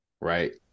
right